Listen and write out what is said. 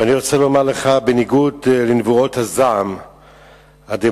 ואני רוצה לומר לך: בניגוד לנבואות הזעם הדמוגרפיות,